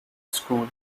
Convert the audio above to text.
school